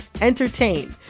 entertain